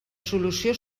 solució